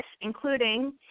including